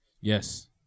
Yes